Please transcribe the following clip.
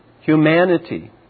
humanity